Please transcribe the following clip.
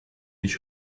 ich